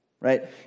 Right